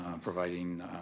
providing